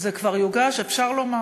זה כבר יוגש, אפשר לומר.